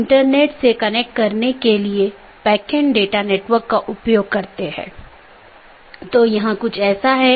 interior gateway protocol में router को एक ऑटॉनमस सिस्टम के भीतर जानकारी का आदान प्रदान करने की अनुमति होती है